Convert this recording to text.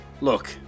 look